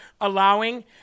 allowing